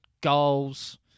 Goals